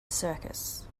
circus